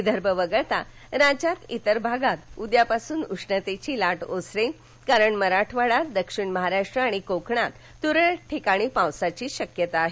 विदर्भ वगळता राज्याच्या इतर भागात उद्यापासून उष्णतेची लाट ओसरेल कारण मराठवाडा दक्षिण महाराष्ट्र आणि कोकणात तुरळक ठिकाणी पावसाची शक्यता आहे